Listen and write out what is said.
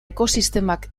ekosistemak